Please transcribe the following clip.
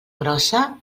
grossa